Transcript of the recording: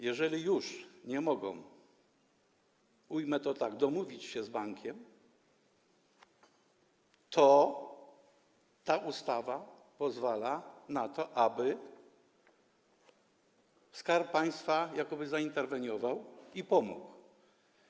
Jeżeli już nie mogą, ujmę to tak, domówić się z bankiem, to ta ustawa pozwala na to, aby Skarb Państwa jakby zainterweniował i pomógł.